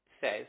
says